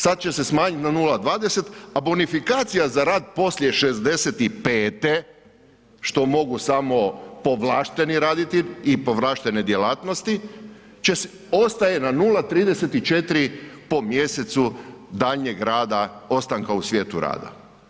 Sad će se smanjit na 0,20, a bonifikacija za rad poslije 65 što mogu samo povlašteni raditi i povlaštene djelatnosti će se, ostaje na 0,34 po mjesecu daljnjeg rada, ostanka u svijetu rad.